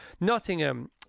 Nottingham